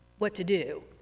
what to do.